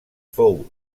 fou